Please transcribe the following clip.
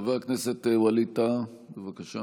חבר הכנסת ווליד טאהא, בבקשה.